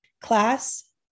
class